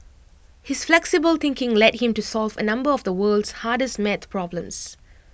his flexible thinking led him to solve A number of the world's hardest math problems